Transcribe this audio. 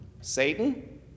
Satan